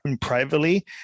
privately